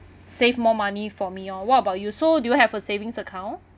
save more money for me orh what about you so do you have a savings account